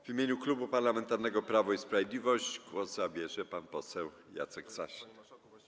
W imieniu Klubu Parlamentarnego Prawo i Sprawiedliwość głos zabierze pan poseł Jacek Sasin.